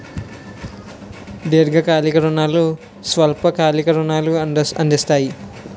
దీర్ఘకాలిక రుణాలు స్వల్ప కాలిక రుణాలు అందిస్తాయి